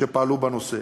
שפעלו בנושא,